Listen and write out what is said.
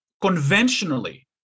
conventionally